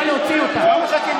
נא להוציא אותם.